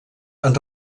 han